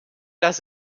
dass